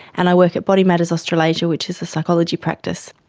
and i work at body matters australasia, which is a psychology practice.